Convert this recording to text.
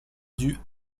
due